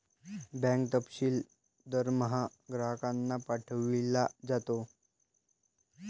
bank तपशील दरमहा ग्राहकांना पाठविला जातो